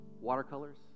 Watercolors